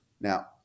Now